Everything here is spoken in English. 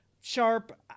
Sharp